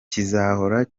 kirwanya